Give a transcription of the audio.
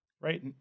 right